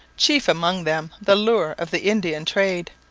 chief among them the lure of the indian trade.